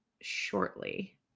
shortly